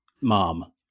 Mom